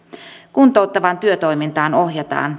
kuntouttavaan työtoimintaan ohjataan